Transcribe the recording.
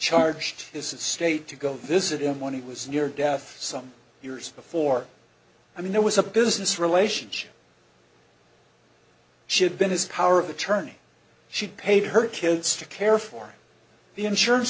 charged his estate to go this it him when he was near death some years before i mean it was a business relationship she had been his power of attorney she'd paid her kids to care for the insurance